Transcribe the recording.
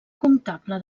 comptable